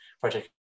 Project